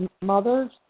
Mother's